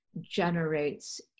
generates